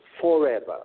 forever